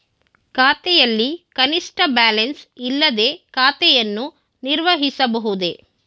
ಖಾತೆಯಲ್ಲಿ ಕನಿಷ್ಠ ಬ್ಯಾಲೆನ್ಸ್ ಇಲ್ಲದೆ ಖಾತೆಯನ್ನು ನಿರ್ವಹಿಸಬಹುದೇ?